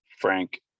Frank